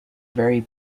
very